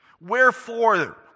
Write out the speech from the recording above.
Wherefore